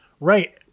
right